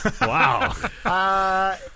wow